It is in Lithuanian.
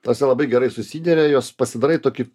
ta prasme labai gerai susideria jos pasidarai tokį